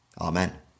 Amen